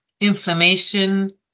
inflammation